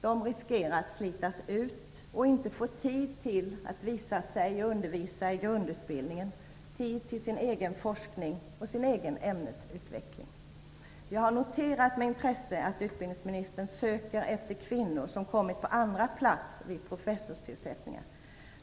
De riskerar att slitas ut och inte få tid till att visa sig och undervisa i grundutbildningen, till sin egen forskning och till sin egen ämnesutveckling. Vi har noterat med intresse att utbildningsministern söker efter kvinnor som kommit på andra plats vid professorstillsättningar.